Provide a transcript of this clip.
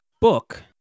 book